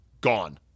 gone